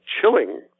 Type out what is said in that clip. chilling